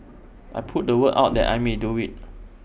I put the word out that I may do IT